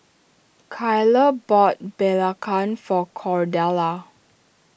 Kyler bought Belacan for Cordella